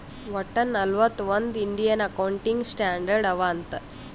ವಟ್ಟ ನಲ್ವತ್ ಒಂದ್ ಇಂಡಿಯನ್ ಅಕೌಂಟಿಂಗ್ ಸ್ಟ್ಯಾಂಡರ್ಡ್ ಅವಾ ಅಂತ್